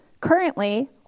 currently